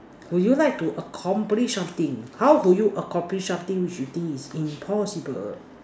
would you like to accomplish something how would you accomplish something which should this impossible